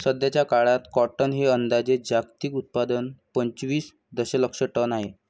सध्याचा काळात कॉटन हे अंदाजे जागतिक उत्पादन पंचवीस दशलक्ष टन आहे